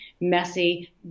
messy